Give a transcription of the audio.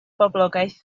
boblogaeth